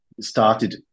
started